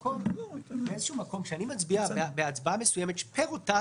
כאשר אני מצביע בהצבעה מסוימת פר אותה